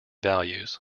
values